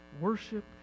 worship